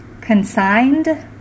consigned